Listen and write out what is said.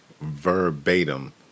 verbatim